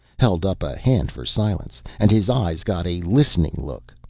held up a hand for silence, and his eyes got a listening look.